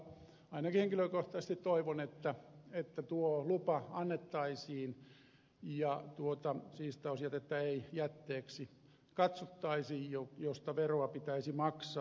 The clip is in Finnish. ainakin henkilökohtaisesti toivon että tuo lupa annettaisiin ja siistausjätettä ei jätteeksi katsottaisi josta veroa pitäisi maksaa